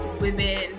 women